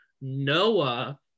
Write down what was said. Noah